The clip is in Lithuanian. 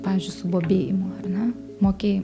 pavyzdžiui subobėjimu ar ne mokėj